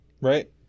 right